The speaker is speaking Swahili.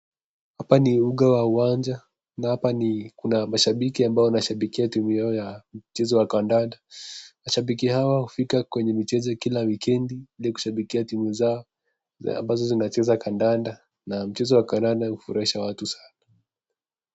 Hapa ni uga wa uwanja na hapa ni kuna mashabiki ambao wanashabikia timu yao ya mchezo wa kandanda. Mashabiki hawa hufika kwenye michezo kila wikendi ili kushabikia timu zao ambazo zinacheza kandanda na mchezo wa kandanda hufurahisha watu sana.